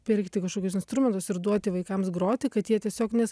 pirkti kažkokius instrumentus ir duoti vaikams groti kad jie tiesiog nes